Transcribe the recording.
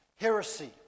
heresy